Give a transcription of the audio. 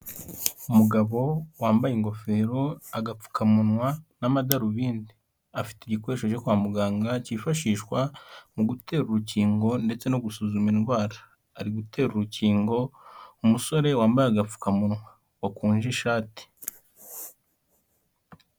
Umugabo wambaye ingofero, agapfukamunwa n'amadarubindi. Afite igikoresho cyo kwa muganga cyifashishwa mu gutera urukingo ndetse no gusuzuma indwara. Ari gutera urukingo umusore wambaye agapfukamunwa, wakunje ishati.